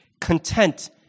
content